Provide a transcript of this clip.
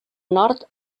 nord